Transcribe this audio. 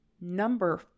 number